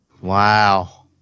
Wow